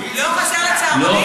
לא חסר לצהרונים?